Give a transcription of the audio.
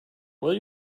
will